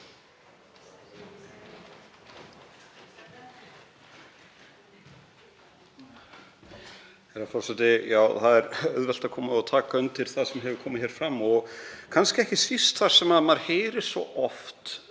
það er auðvelt að taka undir það sem hefur komið fram og kannski ekki síst þar sem maður heyrir svo oft,